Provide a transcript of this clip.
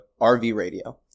RVRADIO